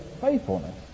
faithfulness